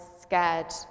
scared